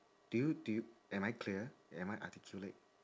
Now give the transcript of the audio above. do you do you am I clear am I articulate